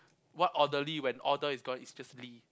what orderly when order is is just Lee